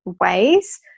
ways